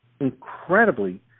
incredibly